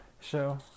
show